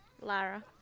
Lara